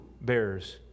bears